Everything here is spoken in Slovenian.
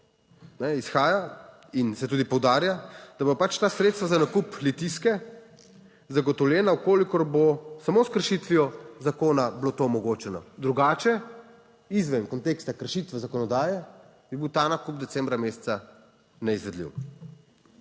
izhaja in se tudi poudarja, da bojo pač ta sredstva za nakup Litijske zagotovljena v kolikor bo samo s kršitvijo zakona bilo to omogočeno, drugače izven konteksta kršitve zakonodaje bi bil ta nakup decembra meseca neizvedljiv.